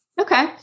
Okay